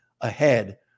ahead